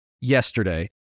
yesterday